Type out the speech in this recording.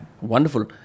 Wonderful